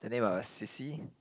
and then got a c_c